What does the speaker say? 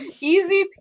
Easy